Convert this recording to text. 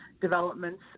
developments